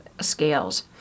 scales